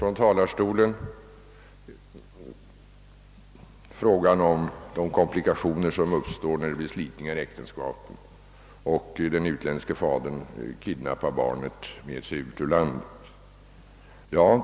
I debatten har också de komplikationer berörts som uppstår när det blir slitningar i äktenskapet och den utländske fadern kidnappar barnet och lämnar landet.